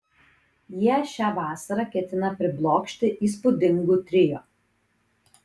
jie šią vasarą ketina priblokšti įspūdingu trio